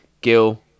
Gil